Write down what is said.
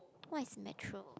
what is nature